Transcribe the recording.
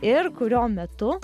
ir kurio metu